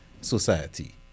society